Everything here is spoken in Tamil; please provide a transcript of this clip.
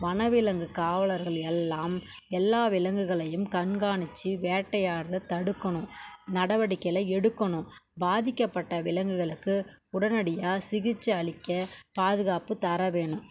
வனவிலங்கு காவலர்கள் எல்லாம் எல்லா விலங்குகளையும் கண்காணித்து வேட்டையாடுறத் தடுக்கணும் நடவடிக்கைகளை எடுக்கணும் பாதிக்கப்பட்ட விலங்குகளுக்கு உடனடியாக சிகிச்சை அளிக்க பாதுகாப்புத் தர வேணும்